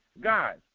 Guys